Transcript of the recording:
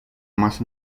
más